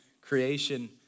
creation